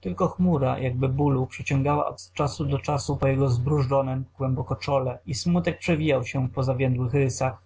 tylko chmura jakby bolu przeciągała od czasu do czasu po jego zbruzdżonem głęboko czole i smutek przewijał się po zawiędłych rysach